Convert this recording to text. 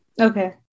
Okay